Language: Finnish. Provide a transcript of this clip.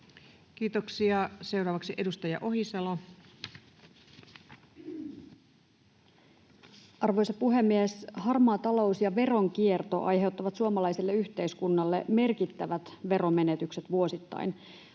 vuodelle 2024 Time: 12:10 Content: Arvoisa puhemies! Harmaa talous ja veronkierto aiheuttavat suomalaiselle yhteiskunnalle merkittävät veromenetykset vuosittain.